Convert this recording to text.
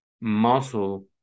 muscle